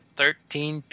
thirteen